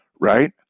right